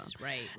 right